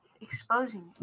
Exposing